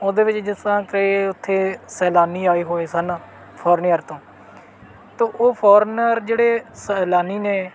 ਉਹਦੇ ਵਿੱਚ ਜਿਸ ਤਰ੍ਹਾਂ ਕਿ ਉੱਥੇ ਸੈਲਾਨੀ ਆਏ ਹੋਏ ਸਨ ਫੋਰਨੀਅਰ ਤੋਂ ਤਾਂ ਉਹ ਫੋਰਨਰ ਜਿਹੜੇ ਸੈਲਾਨੀ ਨੇ